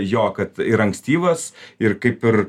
jo kad ir ankstyvas ir kaip ir